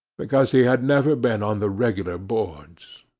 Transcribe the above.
because he had never been on the regular boards.